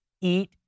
eat